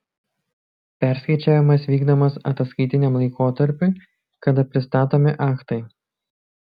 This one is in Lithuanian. perskaičiavimas vykdomas ataskaitiniam laikotarpiui kada pristatomi aktai